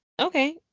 Okay